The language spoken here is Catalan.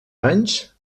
anys